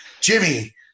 Jimmy